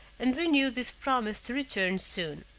and renewed his promise to return soon.